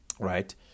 Right